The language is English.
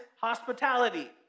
hospitality